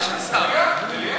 מליאה.